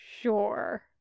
sure